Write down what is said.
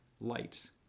light